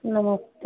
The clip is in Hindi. नमस्ते